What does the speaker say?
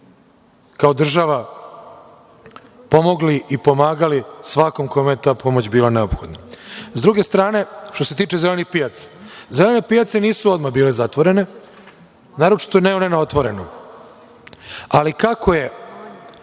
kao država pomogli i pomagali svakom kome je ta pomoć bila neophodna. Sa druge strane, što se tiče zelenih pijaca, one nisu bile odmah zatvorene. Naročito ne one na otvorenom, ali, kako je